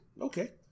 Okay